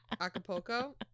Acapulco